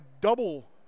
double